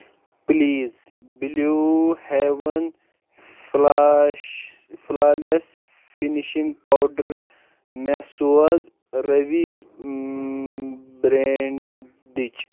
please blue heaven flash flawless finishing powder مےٚ سوز رٔوِی برٛایٚنڈٕچ